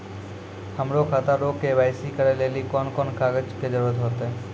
हमरो खाता रो के.वाई.सी करै लेली कोन कोन कागज के जरुरत होतै?